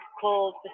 called